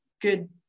good